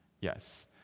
Yes